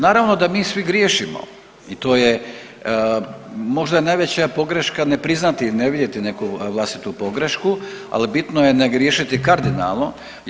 Naravno da mi svi griješimo i to je, možda je najveća pogreška ne priznati i ne vidjeti neku vlastitu pogrešku, al bitno je ne griješiti kardinalno.